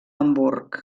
hamburg